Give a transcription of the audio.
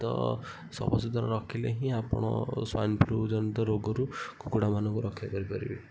ତ ସଫାସୁତୁରା ରଖିଲେ ହିଁ ଆପଣ ଫ୍ଲୁ ଜନିତ ରୋଗରୁ କୁକୁଡ଼ାମାନଙ୍କୁ ରକ୍ଷାକରିପାରିବେ